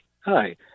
hi